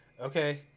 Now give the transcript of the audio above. okay